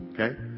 okay